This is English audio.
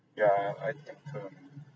yeah I think um